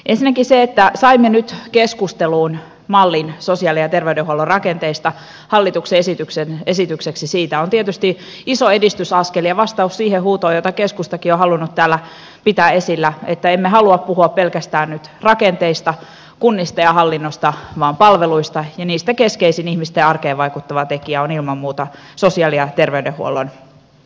ensinnäkin se että saimme nyt keskusteluun mallin sosiaali ja terveydenhuollon rakenteista hallituksen esityksen esitykseksi siitä on tietysti iso edistysaskel ja vastaus siihen huutoon jota keskustakin on halunnut täällä pitää esillä että emme halua puhua pelkästään rakenteista kunnista ja hallinnosta vaan palveluista ja niistä keskeisin ihmisten arkeen vaikuttava tekijä on ilman muuta sosiaali ja terveydenhuollon uudistaminen